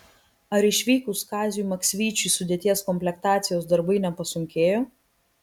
ar išvykus kaziui maksvyčiui sudėties komplektacijos darbai nepasunkėjo